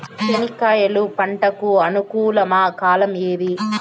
చెనక్కాయలు పంట కు అనుకూలమా కాలం ఏది?